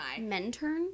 Mentor